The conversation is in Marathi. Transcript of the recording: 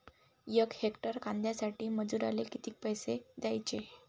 यक हेक्टर कांद्यासाठी मजूराले किती पैसे द्याचे?